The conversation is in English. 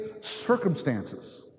circumstances